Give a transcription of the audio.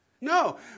No